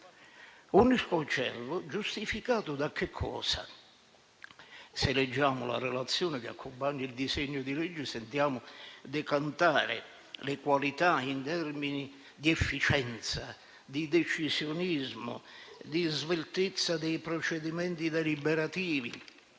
un ircocervo giustificato da che cosa? Se leggiamo la relazione che accompagna il disegno di legge, sentiamo decantare le qualità in termini di efficienza, di decisionismo, di sveltezza dei procedimenti deliberativi.